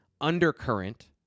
undercurrent